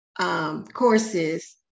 courses